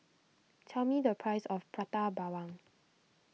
tell me the price of Prata Bawang